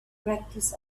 practice